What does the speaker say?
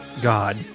god